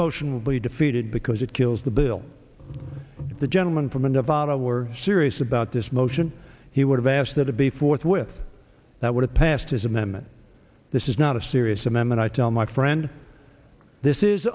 be defeated because it kills the bill the gentleman from and obama were serious about this motion he would have asked that to be forthwith that would have passed his amendment this is not a serious amendment i tell my friend this is